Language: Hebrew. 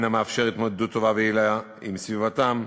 המאפשר התמודדות טובה ויעילה עם סביבתם.